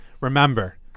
remember